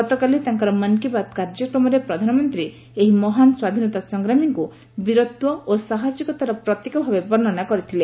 ଗତକାଲି ତାଙ୍କର ମନ୍ କି ବାତ୍ କାର୍ଯ୍ୟକ୍ରମରେ ପ୍ରଧାନମନ୍ତ୍ରୀ ଏହି ମହାନ୍ ସ୍ୱାଧୀନତା ସଂଗ୍ରାମୀଙ୍କ ବୀରତ୍ୱ ଓ ସାହସିକତାର ପ୍ରତୀକ ଭାବେ ବର୍ଣ୍ଣନା କରିଥିଲେ